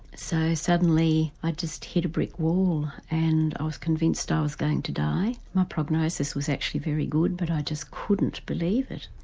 so suddenly i just hit a brick wall and i was convinced i was going to die, my prognosis was actually very good but i just couldn't believe it.